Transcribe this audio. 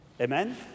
Amen